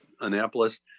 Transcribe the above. Annapolis